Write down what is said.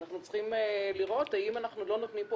אנחנו צריכים לראות האם אנחנו לא נותנים פה